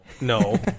no